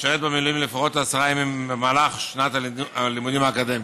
המשרת במילואים לפחות עשרה ימים במהלך שנת הלימודים האקדמית.